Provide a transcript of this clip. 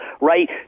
right